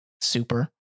Super